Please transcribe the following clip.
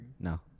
no